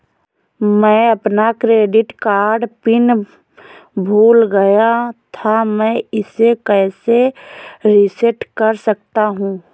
मैं अपना credit card pin भूल गया था मैं इसे कैसे रीसेट कर सकता हूँ?